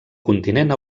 continent